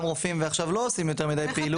רופאים ועכשיו לא עושים יותר מידי פעילות.